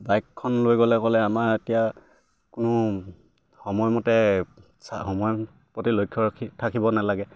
বাইকখন লৈ গ'লে গ'লে আমাৰ এতিয়া কোনো সময়মতে সময়ৰ প্ৰতি লক্ষ্য ৰখি থাকিব নালাগে